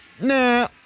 Nah